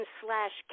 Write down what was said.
slash